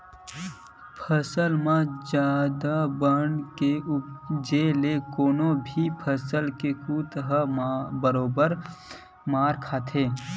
फसल म जादा बन के उपजे ले कोनो भी फसल के कुत ह बरोबर मार खाथे